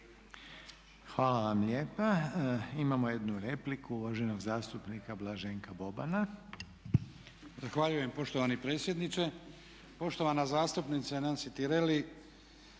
Hvala vam lijepa. Imamo jednu repliku, uvaženog zastupnika Blaženka Bobana. **Boban, Blaženko (HDZ)** Zahvaljujem poštovani predsjedniče. Poštovana zastupnice Nansi Tireli